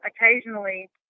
occasionally